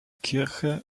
kirche